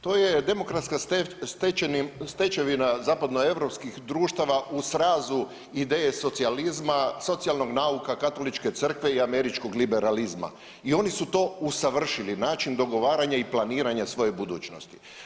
To je demokratska stečevina zapadnoeuropskih društava u srazu ideje socijalizma, socijalnog nauka Katoličke crkve i američkog liberalizma i oni su to usavršili način dogovaranja i planiranja svoje budućnosti.